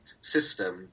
system